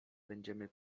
będziemy